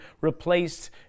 replaced